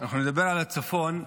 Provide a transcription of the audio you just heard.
אנחנו נדבר על הצפון,